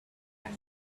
and